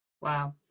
Wow